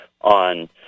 on